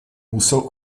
musel